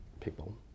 people